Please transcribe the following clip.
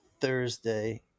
Thursday